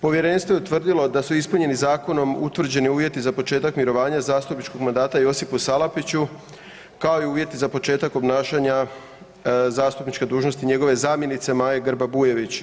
Povjerenstvo je utvrdilo da su ispunjeni zakonom utvrđeni uvjeti za početak mirovanja zastupničkog mandata Josipu Salapiću, kao i uvjeti za početak obnašanja zastupničke dužnosti njegove zamjenice Maje Grba Bujević.